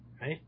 Right